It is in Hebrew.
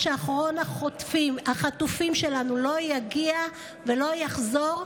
שאחרון החטופים שלנו לא יגיע ולא יחזור,